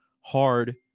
hard